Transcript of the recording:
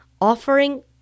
offering